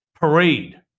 parade